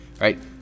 right